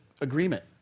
agreement